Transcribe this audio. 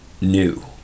new